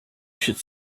should